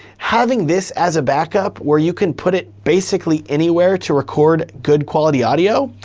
having this as a backup where you can put it basically anywhere to record good quality audio,